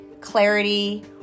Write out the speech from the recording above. clarity